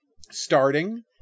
Starting